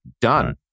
done